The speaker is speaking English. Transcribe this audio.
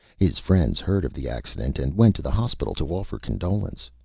his friends heard of the accident, and went to the hospital to offer condolence.